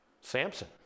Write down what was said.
Samson